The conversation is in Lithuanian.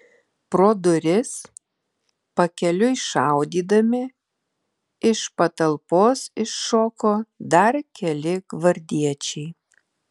pro duris pakeliui šaudydami iš patalpos iššoko dar keli gvardiečiai